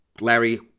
Larry